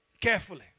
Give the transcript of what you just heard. carefully